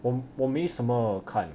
我我没什么看